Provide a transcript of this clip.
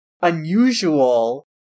unusual